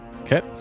Okay